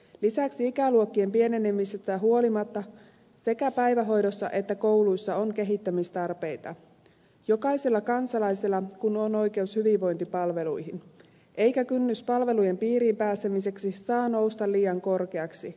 lisäksi ikäluokkien pienenemisestä huolimatta sekä päivähoidossa että kouluissa on kehittämistarpeita jokaisella kansalaisella kun on oikeus hyvinvointipalveluihin eikä kynnys palvelujen piiriin pääsemiseksi saa nousta liian korkeaksi